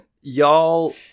Y'all